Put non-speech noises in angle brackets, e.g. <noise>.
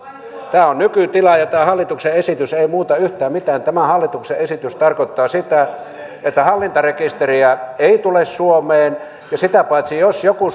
tämä on nykytila ja ja tämä hallituksen esitys ei muuta yhtään mitään tämä hallituksen esitys tarkoittaa sitä että hallintarekisteriä ei tule suomeen sitä paitsi jos joku <unintelligible>